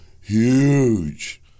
huge